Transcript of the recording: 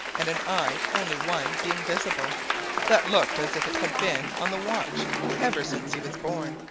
and an eye only one being visible that looked as if it had been on the watch ever since he was born.